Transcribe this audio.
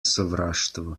sovraštvo